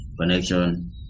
connection